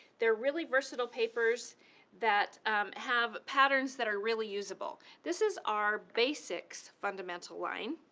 they're really versatile papers that have patterns that are really usable. this is our basics fundamental line.